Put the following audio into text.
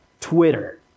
Twitter